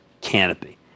Canopy